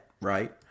right